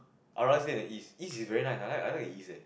I rather stay in the east east is very nice I like I like east leh